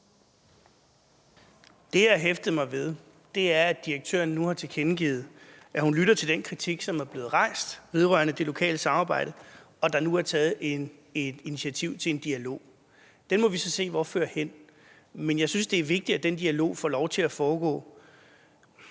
jeg har hæftet mig ved, er, at direktøren nu har tilkendegivet, at hun lytter til den kritik, som er blevet rejst, vedrørende det lokale samarbejde, og at der nu er taget et initiativ til en dialog. Den må vi så se hvor fører hen. Men jeg synes, det er vigtigt, at den dialog får lov til at foregå